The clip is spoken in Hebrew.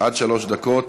עד שלוש דקות.